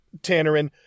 Tannerin